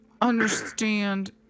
understand